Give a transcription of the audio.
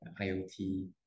IoT